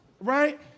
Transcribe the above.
right